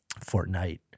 Fortnite